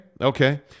okay